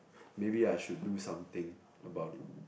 maybe I should do something about it